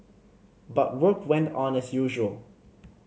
but work went on as usual